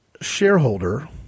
shareholder